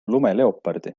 lumeleopardi